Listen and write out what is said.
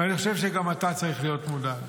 ואני חושב שגם אתה צריך להיות מודאג.